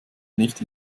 nicht